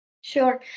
Sure